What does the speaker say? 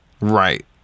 Right